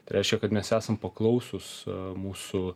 tai reiškia kad mes esam paklausūs mūsų